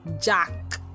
jack